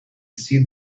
see